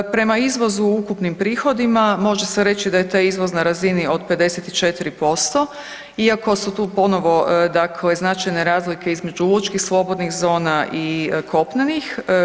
Prema izvozu u ukupnim prihodima može se reći da je taj izvoz na razini od 54% iako su tu ponovo dakle značajne razlike između lučkih slobodnih zona i kopnenih.